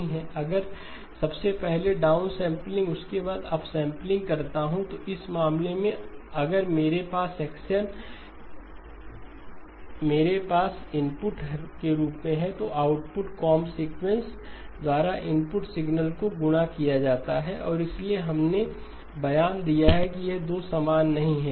अगर मैं सबसे पहले डाउनसैंपलिंग और उसके बाद अपसैंपलिंग करता हूं तो इस मामले में अगर मेरे पास x n मेरे इनपुट के रूप में है तो आउटपुट कोंब सीक्वेंस द्वारा इनपुट सिग्नल को गुणा किया जाता है और इसलिए हमने बयान दिया कि ये 2 समान नहीं हैं